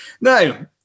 Now